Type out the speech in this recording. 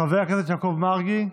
חבר הכנסת יעקב מרגי,